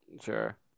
Sure